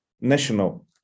national